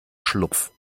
schlupf